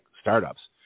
startups